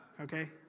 okay